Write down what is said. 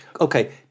Okay